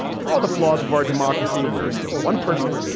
for all the flaws of our democracy, we're still one person,